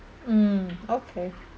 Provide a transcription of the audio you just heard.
mm okay